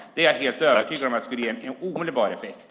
Jag är övertygad om att det skulle ge omedelbar effekt.